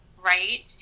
right